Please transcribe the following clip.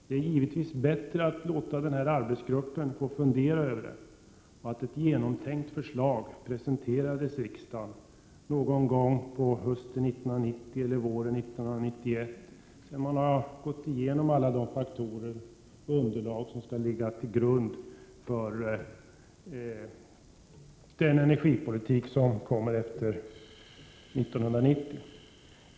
Det är givetvis bättre att låta denna arbetsgrupp få fundera över detta och att ett genomtänkt förslag presenteras riksdagen någon gång under hösten 1990 eller våren 1991, så att man har hunnit se över alla de faktorer och tagit fram allt det underlag som skall ligga till grund för energipolitiken efter år 1990.